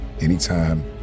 anytime